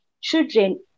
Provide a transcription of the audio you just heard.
children